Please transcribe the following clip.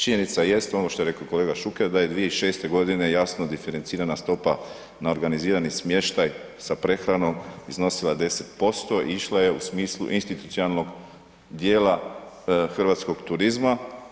Činjenica jest, ono što je reko kolega Šuker, da je 2006. godine jasno diferencirana stopa na organizirani smještaj sa prehranom, iznosila je 10% i išla je u smislu institucionalnog dijela hrvatskog turizma.